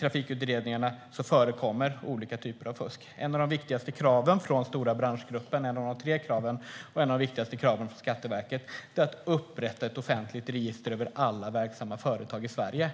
trafikutredningarna förekommer olika typer av fusk. Ett av de tre viktigaste kraven från Stora branschgruppen och ett av de viktigaste kraven från Skatteverket är att upprätta ett offentligt register över alla verksamma företag i Sverige.